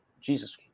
Jesus